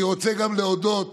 אני רוצה גם להודות